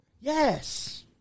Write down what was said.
Yes